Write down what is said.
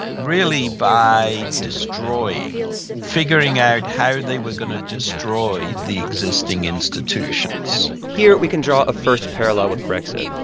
really, by destroying figuring out how they were going to destroy the existing institutions here we can draw a first parallel with brexit.